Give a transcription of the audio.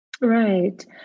Right